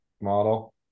model